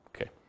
okay